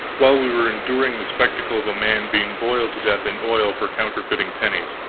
while we were enduring the spectacle of a man being boiled to death in oil for counterfeiting pennies.